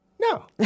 No